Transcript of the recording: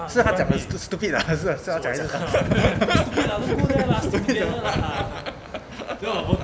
是他讲的 too stupid 还是好像讲 you 这样